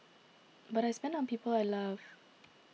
but I spend on people I love